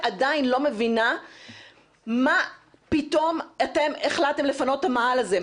עדיין לא מבינה מה פתאום אתם החלטתם לפנות את המאהל הזה,